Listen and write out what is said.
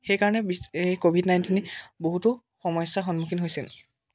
সেইকাৰণে বিচ এই ক'ভিড নাইণ্টিনে বহুতো সমস্যাৰ সন্মুখীন হৈছিল